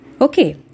Okay